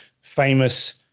famous